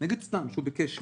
נגיד שהוא ביקש 100,